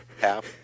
half